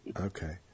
Okay